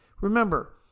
Remember